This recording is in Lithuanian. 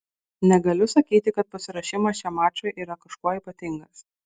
negaliu sakyti kad pasiruošimas šiam mačui yra kažkuo ypatingas